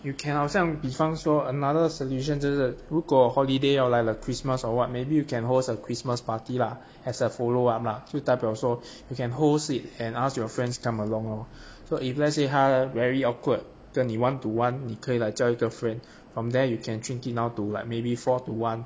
you can 像比方说 another solution 就是如果 holiday 要来了 christmas or what maybe you can host a christmas party lah as a follow up lah 就代表说 you can host it and ask your friends come along lor so if let's say 她 very awkward 跟你 one to one 你可以 like 叫一个 friend from there you can shrink it down to like maybe four to one